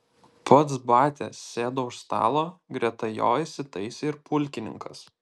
pats batia sėdo už stalo greta jo įsitaisė ir pulkininkas